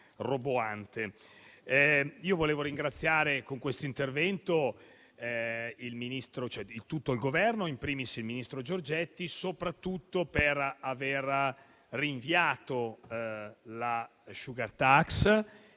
roboante, vorrei ringraziare con questo intervento tutto il Governo e *in primis* il ministro Giorgetti, soprattutto per aver rinviato la *sugar tax*